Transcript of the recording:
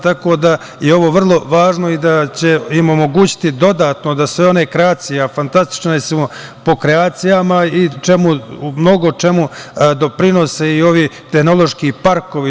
Tako da je ovo vrlo važno i da će im omogućiti dodatno da se one kreacije, a fantastični smo po kreacijama, i u mnogočemu doprinose i ovi tehnološki parkovi.